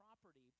property